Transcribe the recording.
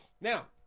Now